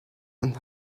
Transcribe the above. and